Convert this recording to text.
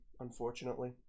unfortunately